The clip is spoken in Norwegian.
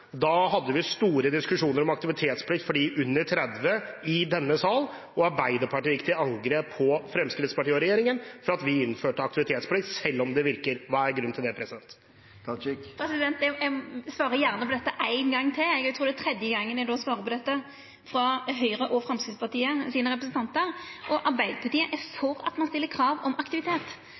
hadde vi i denne sal store diskusjoner om aktivitetsplikt for dem under 30 år, og Arbeiderpartiet gikk til angrep på Fremskrittspartiet og regjeringen for at vi innførte aktivitetsplikt – selv om det virker. Hva er grunnen til det? Eg svarar gjerne på dette ein gong til. Eg trur det er den tredje gongen eg svarar på dette spørsmålet frå Høgre og Framstegspartiets representantar. Arbeidarpartiet er for at me skal stilla krav om aktivitet.